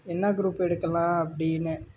என்ன குரூப் எடுக்கலாம் அப்படின்னு